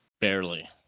Barely